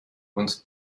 und